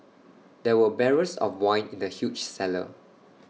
there were barrels of wine in the huge cellar